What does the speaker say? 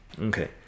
Okay